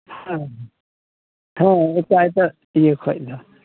ᱦᱮᱸ ᱦᱮᱸ ᱮᱴᱟᱜ ᱮᱴᱟᱜ ᱤᱭᱟᱹ ᱠᱷᱚᱡ ᱫᱚ